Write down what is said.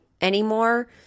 anymore